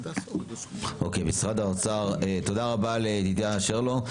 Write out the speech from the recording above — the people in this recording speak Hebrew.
תודה רבה לידידיה שרלו.